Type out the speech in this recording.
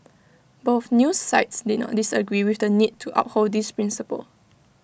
both news sites did not disagree with the need to uphold this principle